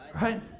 Right